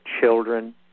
children